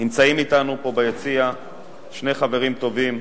נמצאים אתנו פה ביציע שני חברים טובים,